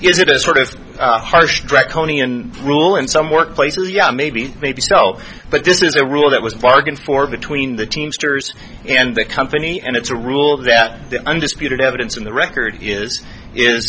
is it a sort of harsh draconian rule in some workplaces yeah maybe maybe so but this is a rule that was bargained for between the teamsters and the company and it's a rule that the undisputed evidence in the record is